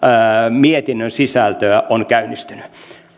mietinnön sisältöä on käynnistynyt